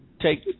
take